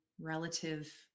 relative